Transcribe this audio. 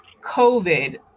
COVID